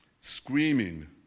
screaming